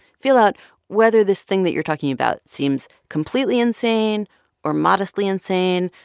feel out whether this thing that you're talking about seems completely insane or modestly insane,